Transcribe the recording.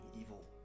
evil